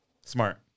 Smart